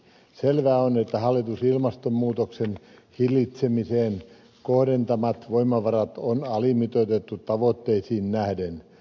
selvää on että hallituksen ilmastonmuutoksen hillitsemiseen kohdentamat voimavarat on alimitoitettu tavoitteisiin nähden